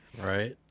Right